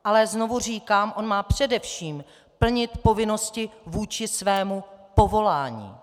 Ale znovu říkám, má především plnit povinnosti vůči svému povolání.